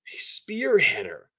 spearheader